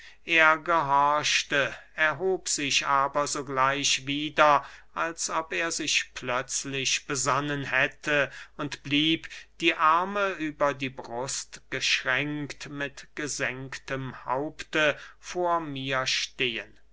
er gehorchte erhob sich aber sogleich wieder als ob er sich plötzlich besonnen hätte und blieb die arme über die brust geschränkt mit gesenktem haupte vor mir stehen